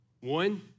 one